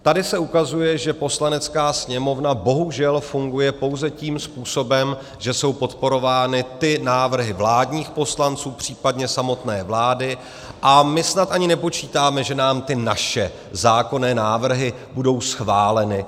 Tady se ukazuje, že Poslanecká sněmovna bohužel funguje pouze tím způsobem, že jsou podporovány návrhy vládních poslanců, případně samotné vlády, a my snad ani nepočítáme, že nám ty naše zákonné návrhy budou schváleny.